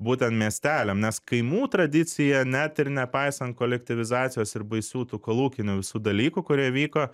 būtent miesteliam nes kaimų tradicija net ir nepaisant kolektyvizacijos ir baisių tų kolūkinių visų dalykų kurie vyko